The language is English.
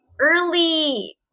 early